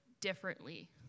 differently